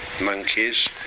monkeys